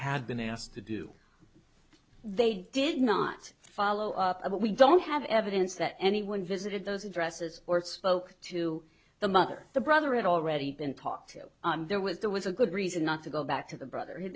had been asked to do they did not follow up but we don't have evidence that anyone visited those addresses or spoke to the mother the brother had already been talked to there was there was a good reason not to go back to the brother